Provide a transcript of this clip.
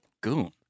goon